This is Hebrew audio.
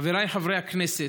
חבריי חברי הכנסת,